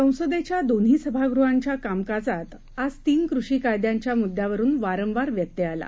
संसदेच्यादोन्हीसभागृहांच्याकामकाजातआजतीनकृषीकायद्यांच्यामुद्यावरुनवारंवारव्यत्ययआला